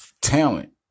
talent